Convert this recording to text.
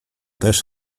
też